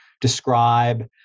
describe